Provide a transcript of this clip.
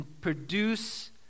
produce